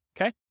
Okay